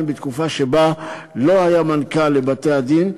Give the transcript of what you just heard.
בתקופה שבה לא היה מנכ"ל לבתי-הדין,